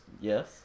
Yes